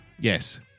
yes